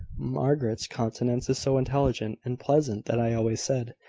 margaret's countenance is so intelligent and pleasant that i always said,